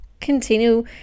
continue